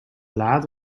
laat